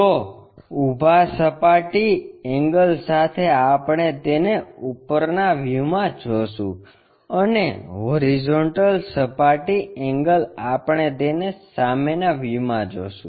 તો ઊભા સપાટી એંગલ સાથે આપણે તેને ઉપરના વ્યુમાં જોશું અને હોરિઝોન્ટલ સપાટી એંગલ આપણે તેને સામેના વ્યૂમાં જોશું